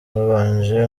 babanje